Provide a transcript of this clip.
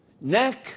neck